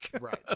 Right